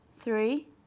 three